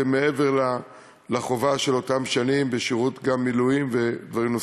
מעבר לחובה של אותן שנים גם שירות מילואים ודברים נוספים.